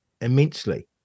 immensely